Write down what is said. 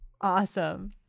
Awesome